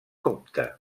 copte